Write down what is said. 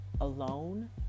alone